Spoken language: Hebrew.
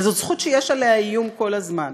וזאת זכות שיש עליה איום כל הזמן.